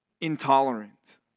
intolerant